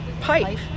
pipe